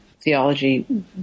theology